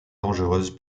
dangereuse